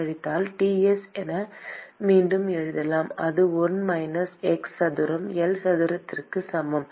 கழித்தல் Ts என மீண்டும் எழுதலாம் அது 1 மைனஸ் x சதுரம் L சதுரத்திற்குச் சமம்